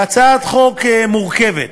בהצעת חוק מורכבת,